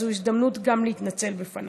אז זו הזדמנות להתנצל בפניו.